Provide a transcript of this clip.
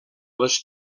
les